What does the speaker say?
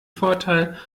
vorteil